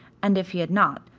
and if he had not,